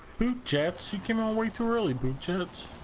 chat seeking only two really good chance